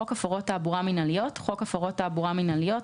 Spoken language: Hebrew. יבוא: ""חוק הפרות תעבורה מינהליות" חוק הפרות תעבורה מינהליות,